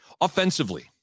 Offensively